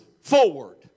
forward